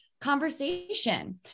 conversation